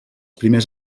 primers